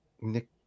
Nick